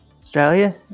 Australia